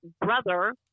brother